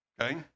okay